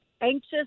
anxious